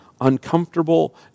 uncomfortable